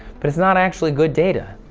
but it's not actually good data.